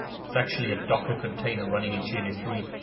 it's actually a docker container running in g n s three.